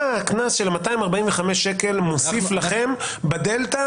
מה הקנס של 245 ש"ח מוסיף לכם בדלתה,